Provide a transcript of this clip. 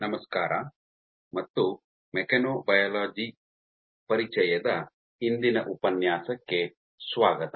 ನಮಸ್ಕಾರ ಮತ್ತು ಮೆಕ್ಯಾನೊಬಯಾಲಜಿ ಪರಿಚಯದ ಇಂದಿನ ಉಪನ್ಯಾಸಕ್ಕೆ ಸ್ವಾಗತ